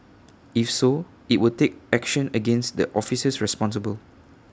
if so IT will take action against the officers responsible